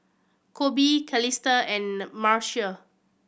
Koby Calista and Marcia